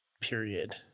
period